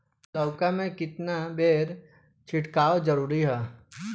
लउका में केतना बेर छिड़काव जरूरी ह?